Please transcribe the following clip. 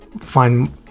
find